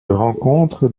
rencontre